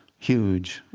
huge